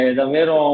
davvero